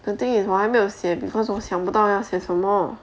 the thing is 我还没有写 because 我想不到要写什么